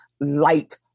light